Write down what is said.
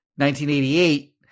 1988